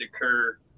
occur